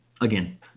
Again